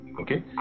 okay